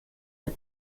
der